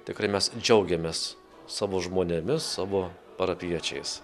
tikrai mes džiaugiamės savo žmonėmis savo parapijiečiais